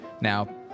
now